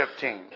15